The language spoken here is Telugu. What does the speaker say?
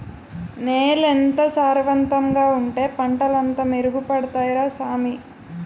నేలెంత సారవంతంగా ఉంటే పంటలంతా మెరుగ్గ పండుతాయ్ రా సామీ